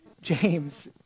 James